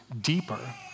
deeper